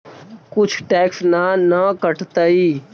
कुछ टैक्स ना न कटतइ?